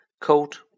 cold